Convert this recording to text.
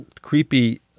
creepy